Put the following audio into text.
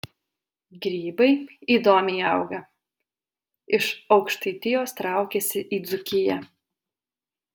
grybai įdomiai auga iš aukštaitijos traukiasi į dzūkiją